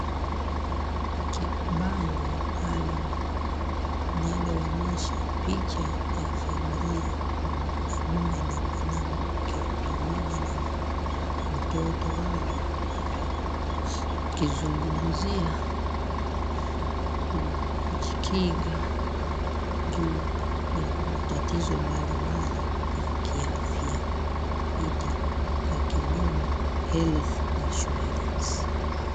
Bango maalum linaloonyesha picha ya familia na mume na mwanamke pamoja na mtoto wao ikizungumzia kujikinga juu ya matatizo mbalimbali ya kiafya iitaka kimombo health insurance .